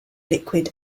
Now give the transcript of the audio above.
liquid